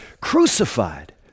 crucified